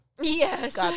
yes